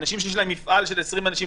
אנשים שיש להם מפעל עם 20 אנשים,